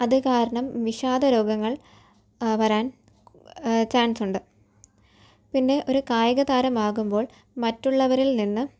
അത് കാരണം വിഷാദ രോഗങ്ങൾ വരാൻ ചാൻസുണ്ട് പിന്നെ ഒരു കായിക താരം ആകുമ്പോൾ മറ്റുള്ളവരിൽ നിന്ന്